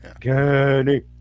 Kenny